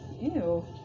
Ew